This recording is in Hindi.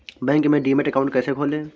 बैंक में डीमैट अकाउंट कैसे खोलें?